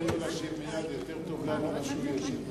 אין לך מה להגיד, תן לו מייד להשיב.